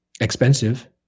expensive